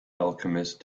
alchemist